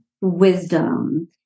wisdom